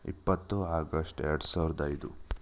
ಇಪ್ಪತ್ತು ಆಗಸ್ಟ್ ಎರಡು ಸಾವಿರದ ಐದು